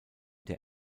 der